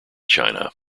china